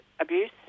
abuse